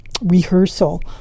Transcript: rehearsal